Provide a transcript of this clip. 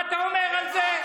מה אתה אומר על זה?